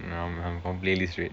no I'm I'm completely straight